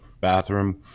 bathroom